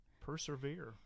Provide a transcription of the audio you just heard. persevere